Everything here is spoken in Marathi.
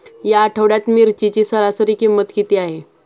या आठवड्यात मिरचीची सरासरी किंमत किती आहे?